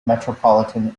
metropolitan